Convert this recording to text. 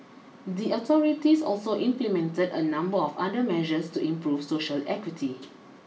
the authorities also implemented a number of other measures to improve social equity